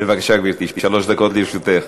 בבקשה, גברתי, שלוש דקות לרשותך.